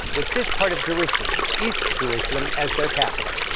with this part of jerusalem east jerusalem as their capital.